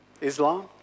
Islam